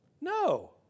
No